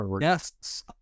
Yes